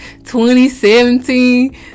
2017